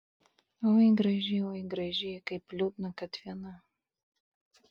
oi graži oi graži kaip liūdna kad viena